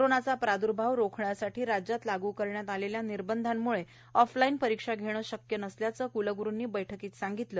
कोरोनाचा प्रादुर्भाव रोखण्यासाठी राज्यात लागू करण्यात आलेल्या निर्बंधांमुळे ऑफलाईन परीक्षा घेणं शक्य नसल्याचं कुलग्रुंनी बैठकीत सांगितलं